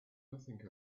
nothing